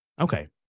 Okay